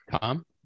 Tom